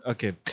Okay